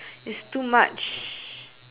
it's too much